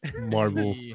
Marvel